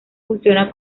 funciona